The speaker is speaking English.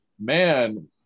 man